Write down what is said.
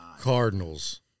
Cardinals